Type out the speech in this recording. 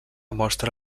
mostra